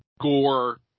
gore